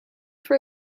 for